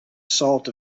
salt